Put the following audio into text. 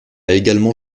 également